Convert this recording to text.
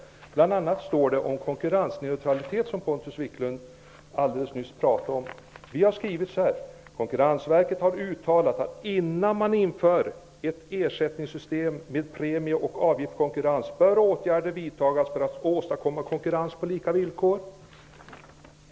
Ett exempel gäller konkurrensneutraliteten, som Pontus Wiklund talade om alldeles nyss. Vi har skrivit så här: ''Konkurrensverket har uttalat att innan man inför ett ersättningssystem med premie och avgiftskonkurrens bör åtgärder vidtas för att åstadkomma konkurrens på lika villkor.''